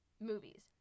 Movies